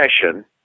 session